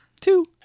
Two